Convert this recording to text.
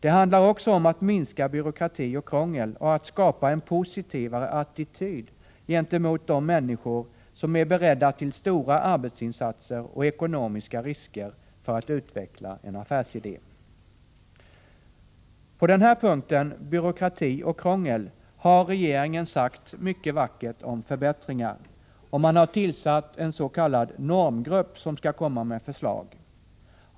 Det handlar också om att minska byråkrati och krångel och att skapa en positivare attityd gentemot de människor som är beredda till stora arbetsinsatser och ekonomiska risker för att utveckla en affärsidé. På den här punkten, byråkrati och krångel, har regeringen sagt mycket vackert om förbättringar och har tillsatt en s.k. normgrupp, som skall komma med förslag.